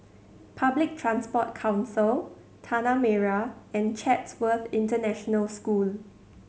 Public Transport Council Tanah Merah and Chatsworth International School